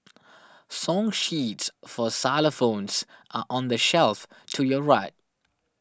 song sheets for xylophones are on the shelf to your right